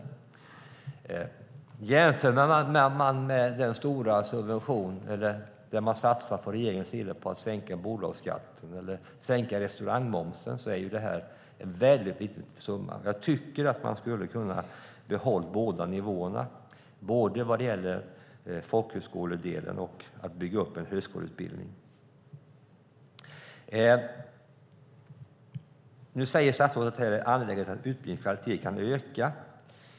I jämförelse med vad regeringen satsar på att sänka bolagsskatten eller restaurangmomsen är detta en väldigt liten summa. Jag tycker att man skulle ha kunnat behålla båda nivåerna, både för folkhögskoledelen och för att bygga upp en högskoleutbildning. Nu säger statsrådet att det är angeläget att utbildningens kvalitet kan öka.